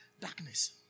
Darkness